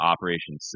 Operation